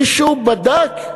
מישהו בדק?